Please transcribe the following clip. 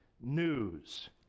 news